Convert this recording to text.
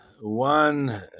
one